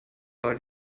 war